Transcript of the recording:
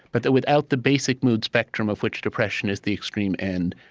but that without the basic mood spectrum of which depression is the extreme end,